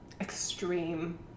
extreme